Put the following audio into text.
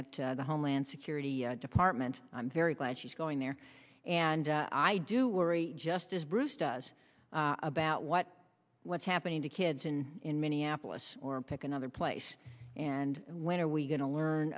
at the homeland security department i'm very glad she's going there and i do worry just as bruce does about what what's happening to kids in in minneapolis or pick another place and when are we going to learn